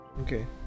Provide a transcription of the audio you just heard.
Okay